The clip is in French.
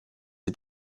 est